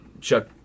chuck